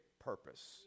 purpose